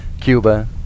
Cuba